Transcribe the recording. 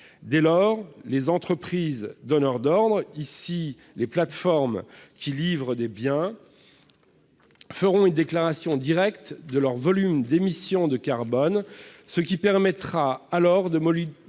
Dès lors, les entreprises donneuses d'ordre, ici les plateformes qui livrent des biens, feront une déclaration directe de leur volume d'émissions de carbone, ce qui permettra de